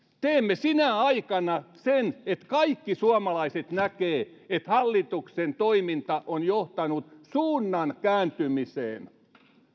teemme sinä aikana sen että kaikki suomalaiset näkevät että hallituksen toiminta on johtanut suunnan kääntymiseen